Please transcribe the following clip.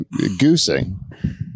goosing